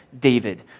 David